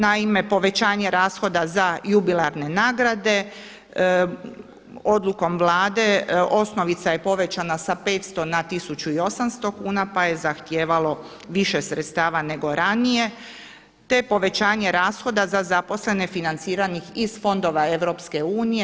Naime, povećanje rashoda za jubilarne nagrade odlukom Vlade osnovica je povećana sa 500 na 1.800 kuna pa je zahtijevalo više sredstava nego ranije, te povećanje rashoda za zaposlene financiranih iz fondova EU.